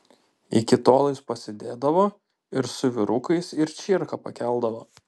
iki tol jis pasėdėdavo ir su vyrukais ir čierką pakeldavo